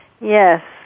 Yes